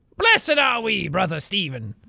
blessed and are we, brother steven,